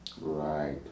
Right